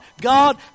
God